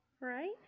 Right